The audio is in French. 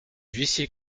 huissiers